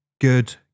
good